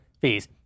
fees